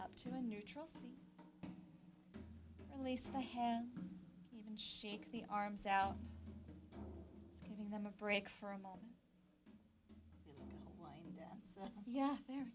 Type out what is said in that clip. up to a neutral release the hand even shake the arms out giving them a break for a moment so yeah they're